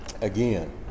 Again